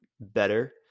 better